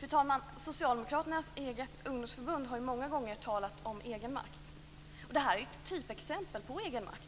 Fru talman! Socialdemokraternas eget ungdomsförbund har många gånger talat om egenmakt. Och det här är ett typexempel på egenmakt.